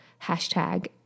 hashtag